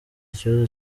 kibazo